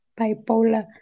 bipolar